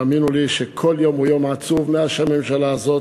והאמינו לי שכל יום הוא יום עצוב מאז שנבחרה הממשלה הזאת.